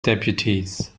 deputies